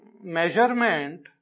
measurement